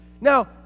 Now